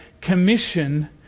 commission